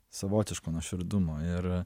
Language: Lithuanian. savotiško nuoširdumo ir